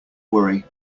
worry